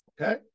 Okay